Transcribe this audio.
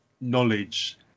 knowledge